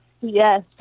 Yes